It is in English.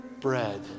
bread